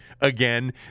again